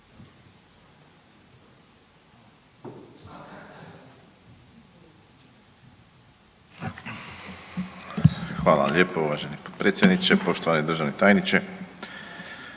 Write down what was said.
vam lijepo uvaženi potpredsjedniče, poštovani državni tajniče.